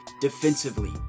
defensively